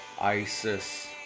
ISIS